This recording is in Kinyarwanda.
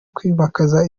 kwimakaza